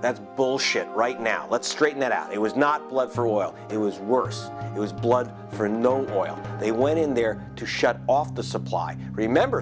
that's bullshit right now let's straighten that out it was not blood for oil it was worse it was blood for no oil they went in there to shut off the supply remember